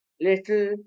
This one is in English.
little